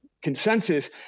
consensus